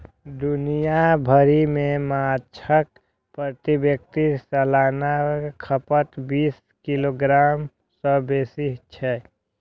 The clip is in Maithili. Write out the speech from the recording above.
दुनिया भरि मे माछक प्रति व्यक्ति सालाना खपत बीस किलोग्राम सं बेसी छै